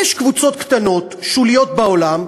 יש קבוצות קטנות, שוליות בעולם,